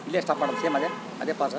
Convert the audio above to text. ಇಲ್ಲೇ ಸ್ಟಾಪ್ ಮಾಡೋದ್ ಸೇಮ್ ಅದೇ ಅದೇ ಪೌಸ